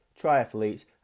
triathletes